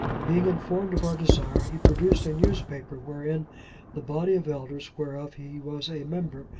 being informed of our desire, he produced a newspaper wherein the body of elders, whereof he was a member,